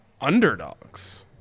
underdogs